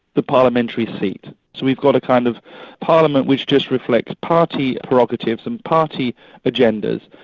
the parliamentary seat. so we've got a kind of parliament which just reflects party prerogatives and party agendas,